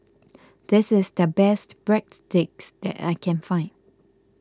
this is the best Breadsticks that I can find